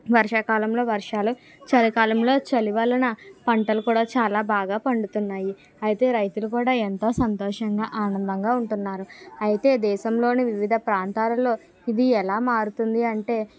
వర్షాకాలంలో వర్షాలు చలికాలంలో చలి వలన పంటలు కూడా చాలా బాగా పండుతున్నాయి అయితే రైతులు కూడా ఎంతో సంతోషంగా ఆనందంగా ఉంటున్నారు అయితే దేశంలోని వివిధ ప్రాంతాలలో ఇది ఎలా మారుతుంది అంటే